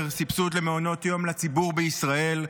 סבסוד למעונות יום לציבור בישראל,